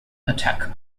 attack